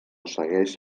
segueix